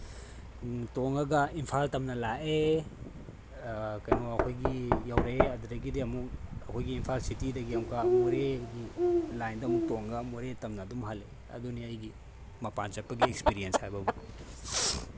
ꯇꯣꯡꯉꯒ ꯏꯝꯐꯥꯜ ꯇꯝꯅ ꯂꯥꯛꯑꯦ ꯀꯩꯅꯣ ꯑꯩꯈꯣꯏꯒꯤ ꯌꯧꯔꯛꯑꯦ ꯑꯗꯨꯗꯒꯤꯗꯤ ꯑꯃꯨꯛ ꯑꯩꯈꯣꯏꯒꯤ ꯏꯝꯐꯥꯜ ꯁꯤꯇꯤꯗꯒꯤ ꯑꯃꯨꯛꯀ ꯃꯣꯔꯦꯒꯤ ꯂꯥꯏꯟꯗ ꯑꯃꯨꯛ ꯇꯣꯡꯉꯒ ꯃꯣꯔꯦ ꯇꯝꯅ ꯑꯗꯨꯝ ꯍꯜꯂꯛꯑꯦ ꯑꯗꯨꯅꯤ ꯑꯩꯒꯤ ꯃꯄꯥꯟ ꯆꯠꯄꯒꯤ ꯑꯦꯛꯁꯄꯤꯔꯤꯌꯦꯟꯁ ꯍꯥꯏꯕꯕꯨ